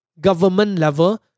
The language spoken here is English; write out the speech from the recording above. Government-level